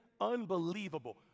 unbelievable